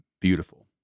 beautiful